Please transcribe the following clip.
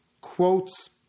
quotes